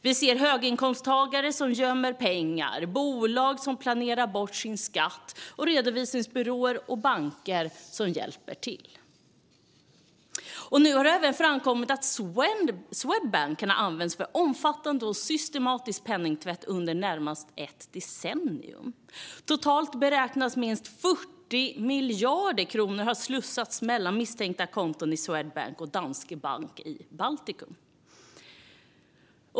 Vi ser höginkomsttagare som gömmer pengar, bolag som planerar bort sin skatt och revisionsbyråer och banker som hjälper till. Nu har det även framkommit att Swedbank kan ha använts för omfattande och systematisk penningtvätt under närmare ett decennium. Totalt beräknas minst 40 miljarder kronor ha slussats mellan misstänkta konton i Swedbank och Danske Bank i Baltikum.